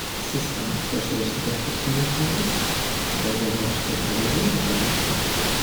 Siz ham qo'shilishni taklif qilmoqchimisiz birga borish qiziqarli bo'lardi albatta.